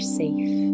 safe